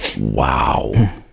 Wow